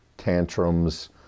Tantrums